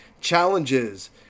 challenges